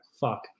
Fuck